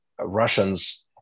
Russians